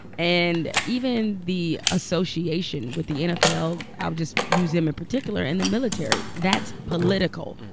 and even the association with the nfl i'll just use them in particular and the military that's political.